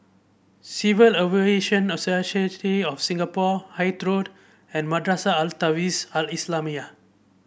Civil Aviation Authority of Singapore Hythe Road and Madrasah Al Tahzibiah Al Islamiah